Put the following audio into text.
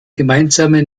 gemeinsame